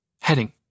Heading